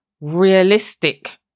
realistic